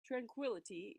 tranquillity